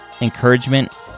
encouragement